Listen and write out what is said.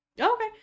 Okay